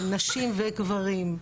נשים וגברים,